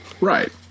Right